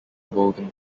woven